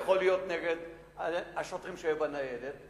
יכול להיות שנגד השוטרים שהיו בניידת,